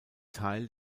teil